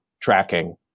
tracking